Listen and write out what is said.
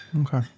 Okay